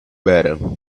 better